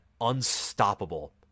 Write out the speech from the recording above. unstoppable